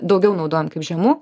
daugiau naudojam kaip žemu